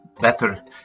better